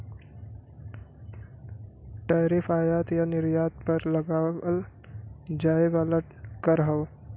tariff आयात या निर्यात पर लगावल जाये वाला कर हौ